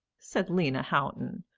said lena houghton.